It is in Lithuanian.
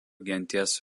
genties